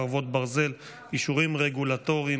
חרבות ברזל) (אישורים רגולטוריים,